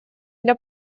для